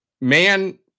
man